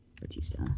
Batista